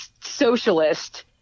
socialist